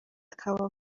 akaba